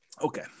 okay